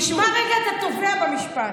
תשמע רגע את התובע במשפט: